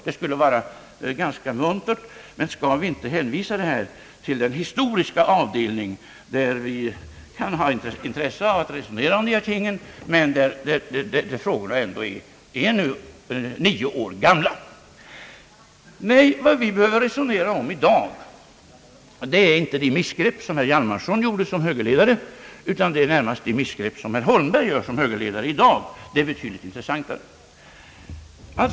Det skulle vara ganska muntert att göra det, men skall vi inte, när frågorna nu är nio år gamla, hänvisa detta till den historiska avdelning en, där det kan föreligga intresse att resonera om dessa ting? Vad vi behöver resonera om i dag är inte de missgrepp, som herr Hjalmarson gjorde sig skyldig till som högerledare, utan närmast de missgrepp som herr Holmberg i dag gör sig skyldig till som högerledare. Det är betydligt intressantare.